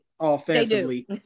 offensively